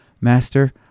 Master